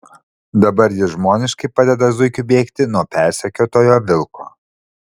dabar jis žmoniškai padeda zuikiui bėgti nuo persekiotojo vilko